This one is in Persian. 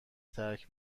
ترک